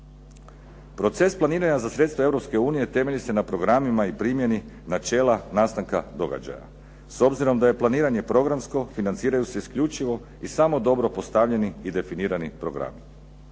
Proces planiranja za sredstva Europske unije temelji se na programima i primjeni načela nastanka događaja. S obzirom da je planiranje programsko financiraju se isključivo samo dobro postavljeni i definirani programi.